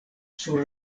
sur